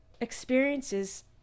experiences